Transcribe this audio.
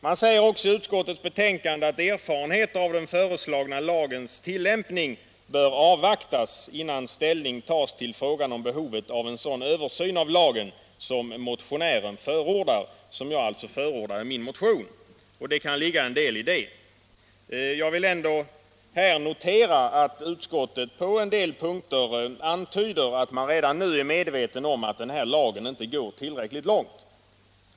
Man säger också i utskottets betänkande att erfarenhet av den föreslagna lagens tillämpning bör avvaktas innan man tar ställning till behovet av en sådan översyn av lagen som jag förordar i min motion. Det kan ligga en del i det. Jag vill ändå här notera att utskottet på en del punkter antyder att man redan nu är medveten om att lagen inte går tillräckligt långt.